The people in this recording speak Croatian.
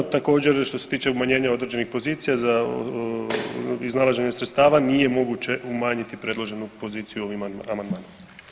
Također što se tiče umanjenje određenih pozicija za iznalaženje sredstava nije moguće umanjiti predloženu poziciju ovim amandmanom.